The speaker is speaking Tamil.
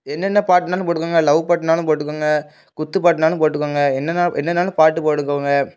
என்னென்ன பாட்டுனாலும் போட்டுக்கோங்க லவ் பாட்டுனாலும் போட்டுக்கங்க குத்து பாட்டுனாலும் போட்டுக்கங்க என்னென்ன என்னென்னாலும் பாட்டு போட்டுக்கங்க